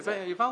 אז --- העברנו.